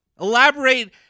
Elaborate